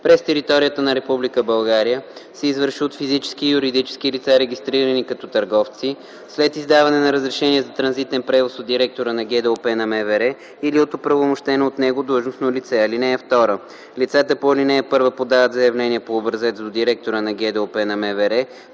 през територията на Република България се извършва от физически и юридически лица, регистрирани като търговци, след издаване на разрешение за транзитен превоз от директора на ГДОП на МВР или от оправомощено от него длъжностно лице. (2) Лицата по ал. 1 подават заявление по образец до директора на ГДОП на МВР,